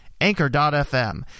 Anchor.fm